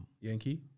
Yankee